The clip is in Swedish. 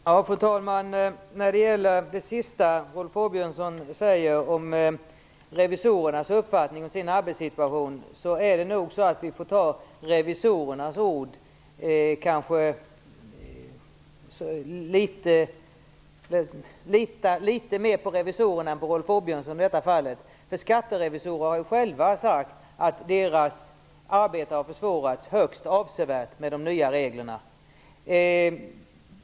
Fru talman! När det gäller det sista Rolf Åbjörnsson säger om revisorernas uppfattning om sin arbetssituation får vi nog i detta fall lita litet mer på revisorernas. Skatterevisorerna har själva sagt att deras arbete har försvårats högst avsevärt med de nya reglerna.